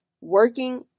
working